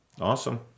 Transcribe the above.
Awesome